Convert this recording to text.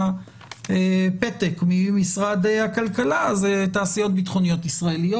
הפתק ממשרד הכלכלה זה תעשיות ביטחוניות ישראליות,